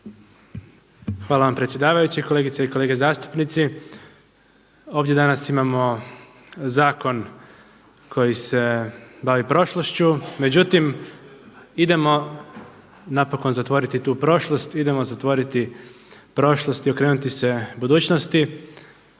Hvala vam predsjedavajući, kolegice i kolege zastupnici. Ovdje danas imamo zakon koji se bavi prošlošću. Međutim, idemo napokon zatvoriti tu prošlost, idemo zatvoriti prošlost i okrenuti se budućnosti.